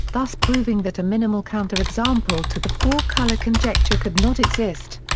thus proving that a minimal counterexample to the four-color conjecture could not exist.